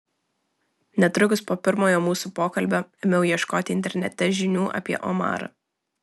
netrukus po pirmojo mūsų pokalbio ėmiau ieškoti internete žinių apie omarą